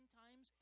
times